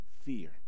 fear